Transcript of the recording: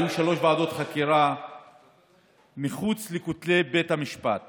היו שלוש ועדות חקירה מחוץ לכותלי בית המשפט